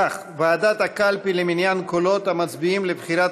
כך: ועדת הקלפי למניין קולות המצביעים לבחירת